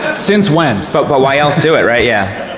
since when? but but why else do it? right? yeah